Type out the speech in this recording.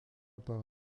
par